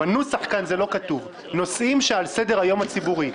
בנוסח כאן זה לא כתוב: נושאים שעל סדר-היום הציבורי.